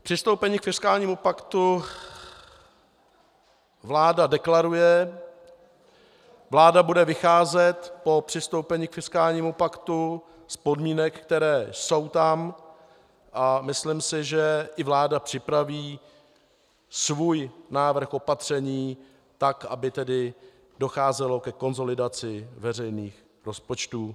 Přistoupením k fiskálnímu paktu vláda deklaruje vláda bude vycházet po přistoupení k fiskálnímu paktu z podmínek, které jsou tam, a myslím si, že i vláda připraví svůj návrh opatření tak, aby docházelo ke konsolidaci veřejných rozpočtů.